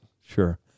sure